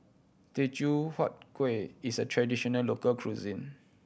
Teochew Huat Kuih is a traditional local cuisine